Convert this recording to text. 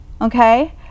Okay